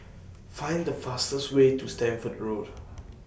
Find The fastest Way to Stamford Road